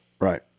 right